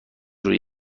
روی